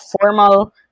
formal